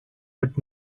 but